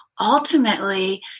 Ultimately